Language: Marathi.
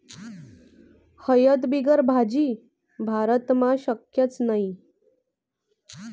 हयद बिगर भाजी? भारत देशमा शक्यच नही